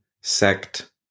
sect